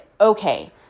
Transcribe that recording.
okay